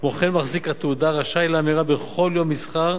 כמו כן מחזיק התעודה רשאי להמירה בכל יום מסחר